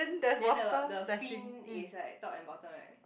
then the the fin is like top and bottom right